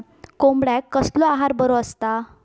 कोंबड्यांका कसलो आहार बरो असता?